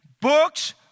Books